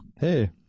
Hey